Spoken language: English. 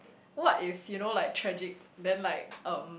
what if you know like tragic then like um